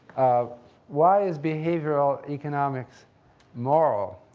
why is behavioral economics moral?